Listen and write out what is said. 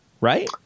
right